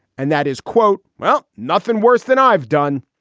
and that is, quote, well, nothing worse than i've done.